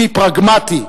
כלי פרגמטי,